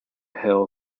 hill